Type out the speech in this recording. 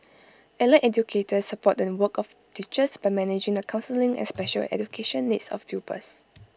allied educators support the work of teachers by managing the counselling and special education needs of pupils